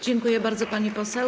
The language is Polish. Dziękuję bardzo, pani poseł.